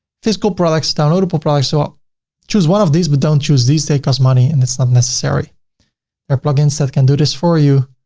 physical products, downloadable products, so um choose one of these, but don't choose these. they cost money and it's not necessary. there are plugins that can do this for you.